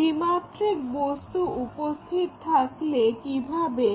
দ্বিমাত্রিক বস্তু উপস্থিত থাকলে কিভাবে